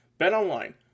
BetOnline